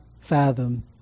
fathom